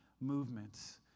movements